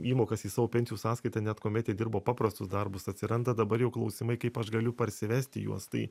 įmokas į savo pensijų sąskaitą net kuomet jie dirbo paprastus darbus atsiranda dabar jau klausimai kaip aš galiu parsivesti juos tai